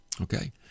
Okay